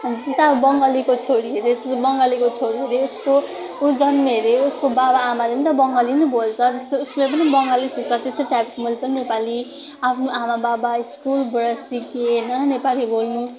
जस्तै अब बङ्गालीको छोरीहरूले बङ्गालीको छोरीहरूले उसको ऊ जन्मियो अरे उसको बाउआमाले पनि त बङ्गाली नै बोल्छ जस्तै उसले पनि बङ्गाली नै सिक्छ र त्यस्तै टाइप मैले पनि त नेपाली आफ्नो आमा बाबा स्कुलबाट सिकेँ होइन नेपाली बोल्नु